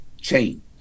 change